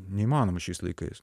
neįmanoma šiais laikais